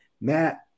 Matt